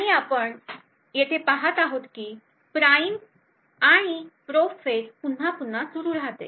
आणि आपण येथे पहात आहोत की हा प्राइम आणि प्रोब फेझ पुन्हा पुन्हा सुरू राहतो